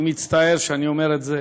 אני מצטער שאני אומר את זה.